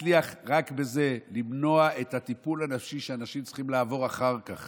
שנצליח רק בזה למנוע את הטיפול הנפשי שאנשים צריכים לעבור אחר כך